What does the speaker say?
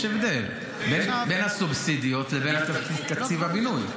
יש הבדל בין הסובסידיות לבין תקציב הבינוי.